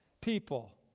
people